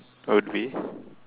would be